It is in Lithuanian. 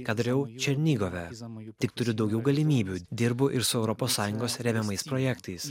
ką dariau černigove tik turiu daugiau galimybių dirbu ir su europos sąjungos remiamais projektais